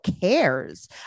cares